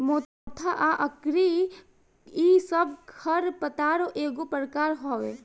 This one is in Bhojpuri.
मोथा आ अकरी इ सब खर पतवार एगो प्रकार हवे